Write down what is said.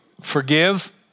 Forgive